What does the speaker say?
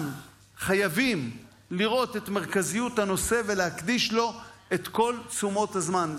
חייבים לראות את מרכזיות הנושא ולהקדיש לו את כל תשומות הזמן.